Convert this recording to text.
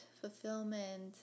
Fulfillment